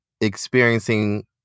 experiencing